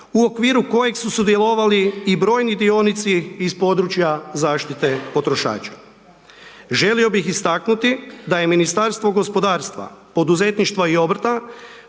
u okviru kojeg su sudjelovali i brojni dionici iz područja zaštite potrošača. Želio bih istaknuti da je Ministarstvo gospodarstva, poduzetništva i obrta